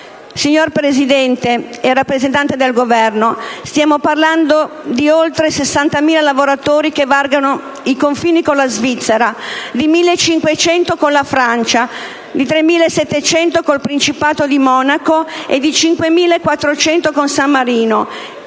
Signor Presidente, signor rappresentante del Governo, stiamo parlando di oltre 60.000 lavoratori che varcano i confini con la Svizzera, di 1.500 con la Francia, di 3.700 con il Principato di Monaco, di 5.400 con San Marino,